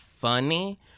funny